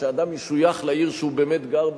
שאדם משויך לעיר שהוא באמת גר בה,